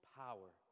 power